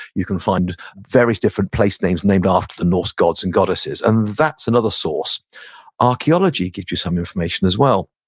you can find various different place names named after the norse gods and goddesses. and that's another source archeology gives you some information as well.